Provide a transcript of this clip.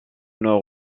nord